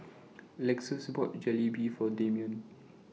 Lexis bought Jalebi For Damian